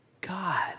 God